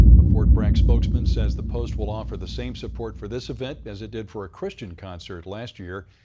a fort bragg spokesman says the post will offer the same support for this event as it did for a christian concert last year.